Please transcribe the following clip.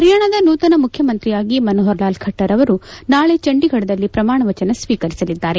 ಹರಿಯಾಣದ ನೂತನ ಮುಖ್ಯಮಂತ್ರಿಯಾಗಿ ಮನೋಹರ್ ಲಾಲ್ ಖಟ್ಟರ್ ಅವರು ನಾಳೆ ಚಂಡೀಘಡದಲ್ಲಿ ಪ್ರಮಾಣ ವಚನ ಸ್ತೀಕರಿಸಲಿದ್ದಾರೆ